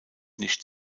nicht